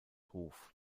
hof